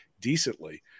decently